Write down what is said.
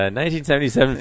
1977